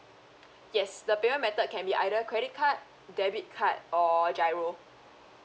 yes the payment method can be either credit card debit card or G_I_R_O